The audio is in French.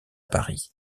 paris